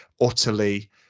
utterly